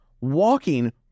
Walking